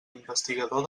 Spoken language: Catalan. investigador